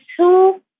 two